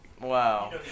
Wow